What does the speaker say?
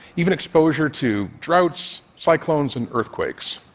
even exposure to droughts, cyclones and earthquakes.